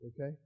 okay